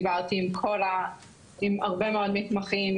דיברתי עם הרבה מאוד מתמחים,